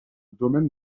domaine